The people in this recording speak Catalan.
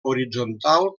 horitzontal